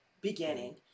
beginning